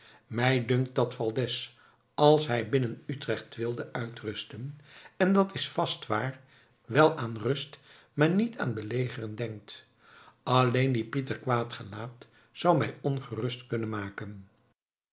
mij dunkt dat valdez als hij binnen utrecht wilde uitrusten en dat is vast waar wel aan rust maar niet aan belegeren denkt alleen die pier quaet gelaet zou mij ongerust kunnen maken